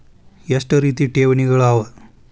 ಎಷ್ಟ ರೇತಿ ಠೇವಣಿಗಳ ಅವ?